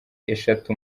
eshatu